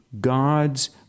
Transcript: God's